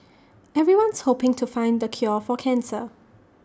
everyone's hoping to find the cure for cancer